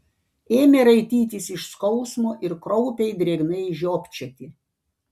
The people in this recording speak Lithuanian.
ėmė raitytis iš skausmo ir kraupiai drėgnai žiopčioti